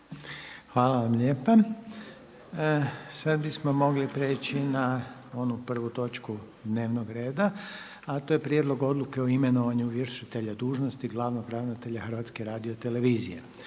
Željko (HDZ)** Sad bismo mogli priječi na onu prvu točku dnevnog reda, a to je - Prijedlog odluke o imenovanju vršitelja dužnosti glavnog ravnatelja Hrvatske radiotelevizije